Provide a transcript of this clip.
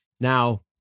Now